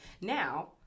now